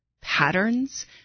patterns